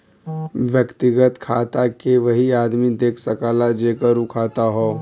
व्यक्तिगत खाता के वही आदमी देख सकला जेकर उ खाता हौ